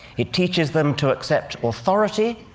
it teaches them to accept authority,